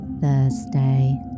Thursday